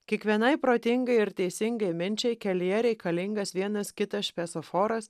kiekvienai protingai ir teisingai minčiai kelyje reikalingas vienas kitas šviesoforas